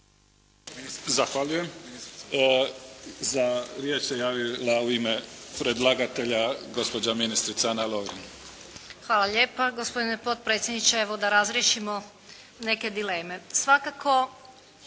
Zahvaljujem. Za riječ se javila u ime predlagatelja gospođa ministrica Ana Lovrin. **Lovrin, Ana (HDZ)** Hvala lijepa. Gospodine potpredsjedniče, evo da razriješimo neke dileme pa i oko